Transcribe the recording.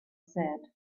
said